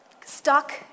stuck